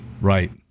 right